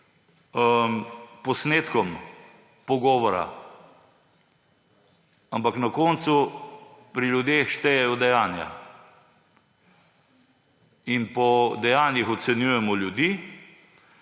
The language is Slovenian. posnetkom pogovora, ampak na koncu pri ljudeh štejejo dejanja in po dejanjih ocenjujemo ljudi.